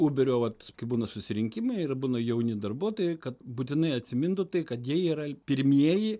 uberio vat kai būna susirinkimai ir būna jauni darbuotojai kad būtinai atsimintų tai kad jie yra pirmieji